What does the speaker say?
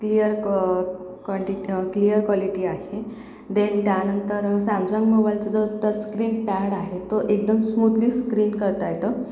clear क कंटिथ्य clear quality आहे देन त्यानंतर सॅमसंग मोबाईलचा जो टच स्क्रीन पॅड आहे तो एकदम स्मूतली स्क्रीन करता येतं